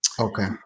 Okay